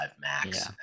max